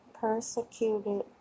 persecuted